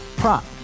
prop